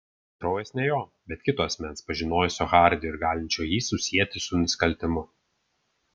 kraujas ne jo bet kito asmens pažinojusio hardį ir galinčio jį susieti su nusikaltimu